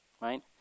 Right